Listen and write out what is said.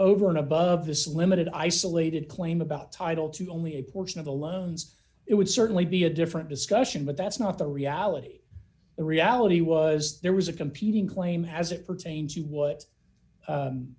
over and above this limited isolated claim about title to only a portion of the loans it would certainly be a different discussion but that's not the reality the reality was there was a competing claim has it pertains you w